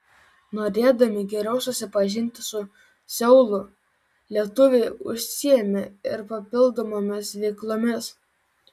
norėdami geriau susipažinti su seulu lietuviai užsiėmė ir papildomomis veiklomis